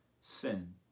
sin